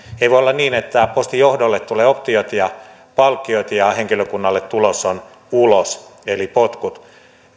ei voi olla niin että postin johdolle tulee optiot ja palkkiot ja henkilökunnalle tulos on ulos eli potkut